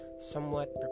somewhat